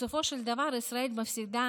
בסופו של דבר ישראל מפסידה